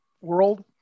world